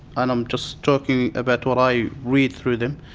and i'm just talking about what i read through them,